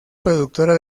productora